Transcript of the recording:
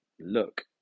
look